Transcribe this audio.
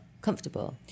comfortable